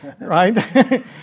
right